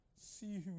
see